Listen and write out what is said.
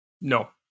No